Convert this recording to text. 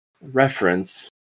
reference